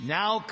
now